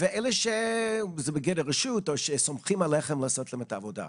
ואלה שזה בגדר רשות או שסומכים עליכם לעשות להם את העבודה,